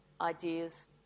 ideas